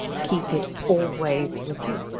keep it always with you,